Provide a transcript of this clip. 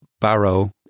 Barrow